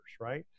right